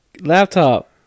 Laptop